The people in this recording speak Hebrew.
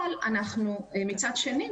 מצד שני,